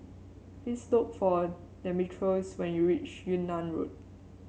please look for Demetrios when you reach Yunnan Road